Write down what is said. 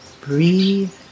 Breathe